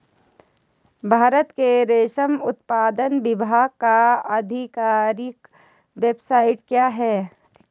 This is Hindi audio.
भारत के रेशम उत्पादन विभाग का आधिकारिक वेबसाइट क्या है?